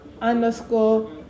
underscore